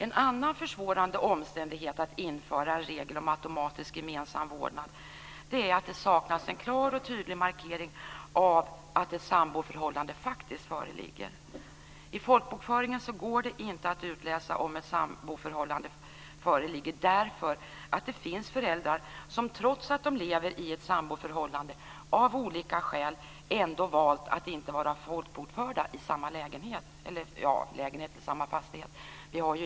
En annan försvårande omständighet som talar mot att man skulle införa en regel om automatisk gemensam vårdnad är att det saknas en klar och tydlig markering av att samboförhållande faktiskt föreligger. I folkbokföringen går det inte att utläsa om ett samboförhållande föreligger därför att det finns föräldrar som, trots att de lever i ett samboförhållande, av olika skäl har valt att inte vara folkbokförda i samma fastighet.